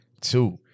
two